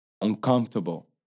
uncomfortable